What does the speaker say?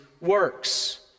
works